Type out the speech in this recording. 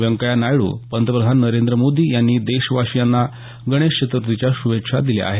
व्यंकय्या नायडू पंतप्रधान नरेंद्र मोदी यांनी देशवासियाना गणेश चतुर्थीच्या शुभेच्छा दिल्या आहेत